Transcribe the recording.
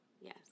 Yes